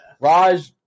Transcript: Raj